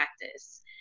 practice